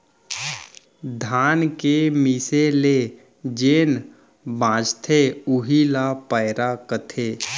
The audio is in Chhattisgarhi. धान के मीसे ले जेन बॉंचथे उही ल पैरा कथें